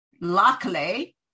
luckily